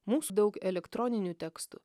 mūsų daug elektroninių tekstų